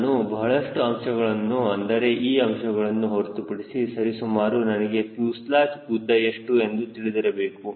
ನಾನು ಬಹಳಷ್ಟು ಅಂಶಗಳು ಅಂದರೆ ಈ ಅಂಶಗಳನ್ನು ಹೊರತುಪಡಿಸಿ ಸರಿಸುಮಾರು ನನಗೆ ಫ್ಯೂಸೆಲಾಜ್ ಉದ್ದ ಎಷ್ಟು ಎಂದು ತಿಳಿದಿರಬೇಕು